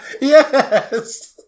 Yes